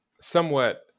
somewhat